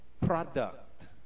product